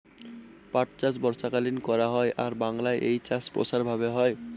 পাট চাষ বর্ষাকালীন করা হয় আর বাংলায় এই চাষ প্রসার ভাবে হয়